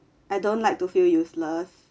I don't like to feel useless